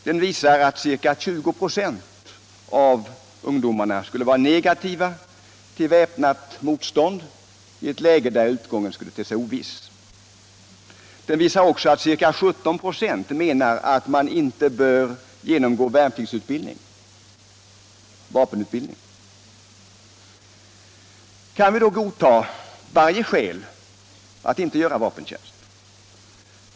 Den visar att ca 20 26 av ungdomarna är negativt inställda till väpnat motstånd i ett läge där utgången skulle te sig oviss. Undersökningen visar också att 17 26 anser att man inte bör genomgå vapenutbildning. Kan vi då godta varje skäl att inte göra värnpliktstjänst?